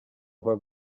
what